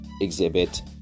exhibit